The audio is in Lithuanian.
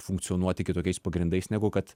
funkcionuoti kitokiais pagrindais negu kad